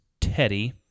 Teddy